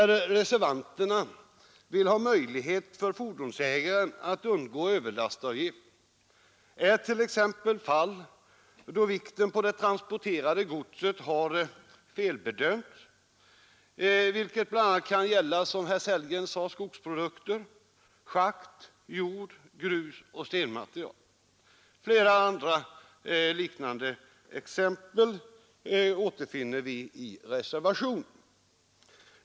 Reservanterna vill ha möjlighet för fordonsägaren att undgå överlastavgift i t.ex. sådana fall då vikten på det transporterade godset har felbedömts, vilket bl.a. kan gälla, som herr Sellgren sade, skogsprodukter, schaktmassor, jord, grus och stenmaterial. Flera andra liknande exempel återfinner vi i reservationen.